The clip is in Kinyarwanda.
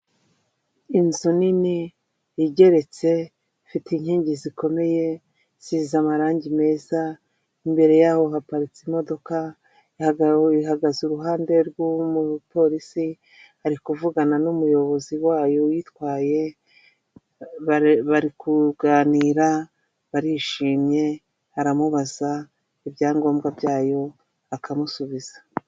Inzu nini igeretse, ifite inkingi zikomeye, isize amarangi meza, imbere yaho haparitse imodoka ihagaze iruhande rw'umupolisi, ari kuvugana n'umuyobozi wayo uyitwaye, barikuganira barishimye aramubaza ibyangombwa byayo akamusubiza.